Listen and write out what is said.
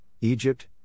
Egypt